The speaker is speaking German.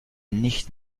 nicht